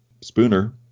Spooner